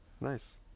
Nice